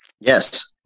Yes